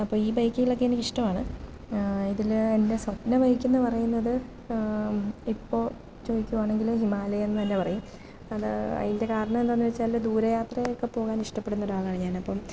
അപ്പോൾ ഈ ബൈക്കുകളൊക്കെ എനിക്ക് ഇഷ്ടമാണ് ഇതിൽ എൻ്റെ സ്വപ്ന ബൈക്കെന്നു പറയുന്നത് ഇപ്പോൾ ചോദിക്കുവാണെങ്കിൽ ഹിമാലയം എന്നു തന്നെ പറയും അത് അതിൻ്റെ കാരണം എന്താണെന്നു വെച്ചാൽ ദൂര യാത്രയൊക്കെ പോകാൻ ഇഷ്ടപ്പെടുന്ന ഒരാളാണ് ഞാൻ അപ്പം